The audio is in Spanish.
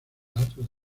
datos